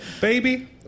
baby